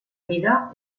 vida